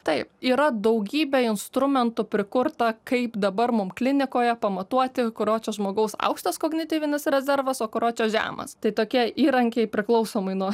taip yra daugybė instrumentų prikurta kaip dabar mum klinikoje pamatuoti kurio čia žmogaus aukštas kognityvinis rezervas o kurio čia žemas tai tokie įrankiai priklausomai nuo